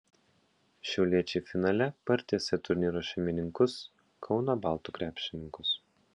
šiauliečiai finale partiesė turnyro šeimininkus kauno baltų krepšininkus